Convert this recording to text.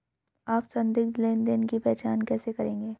आप संदिग्ध लेनदेन की पहचान कैसे करेंगे?